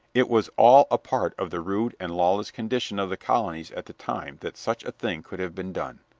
it was all a part of the rude and lawless condition of the colonies at the time that such a thing could have been done.